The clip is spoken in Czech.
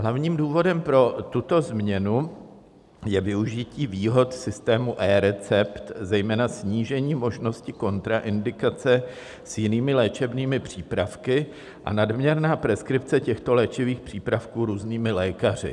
Hlavním důvodem pro tuto změnu je využití výhod systému eRecept, zejména snížením možnosti kontraindikace s jinými léčebnými přípravky a nadměrná preskripce těchto léčivých přípravků různými lékaři.